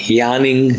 yawning